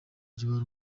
ry’uwari